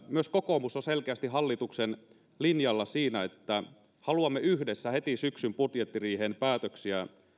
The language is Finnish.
myös kokoomus on selkeästi hallituksen linjalla siinä että haluamme yhdessä heti syksyn budjettiriihestä päätöksiä